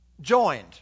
joined